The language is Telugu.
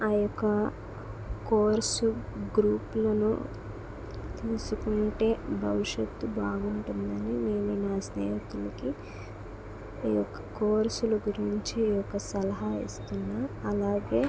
ఆయొక్క కోర్సు గ్రూప్లలో తీసుకుంటే భవిష్యత్తు బాగుంటుందని నేను మా స్నేహితులకి ఈ యొక్క కోర్సుల గురించి ఈ యొక్క సలహా ఇస్తున్నా అలాగే